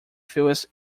fewest